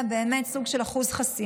הוא באמת קובע סוג של אחוז חסימה,